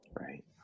right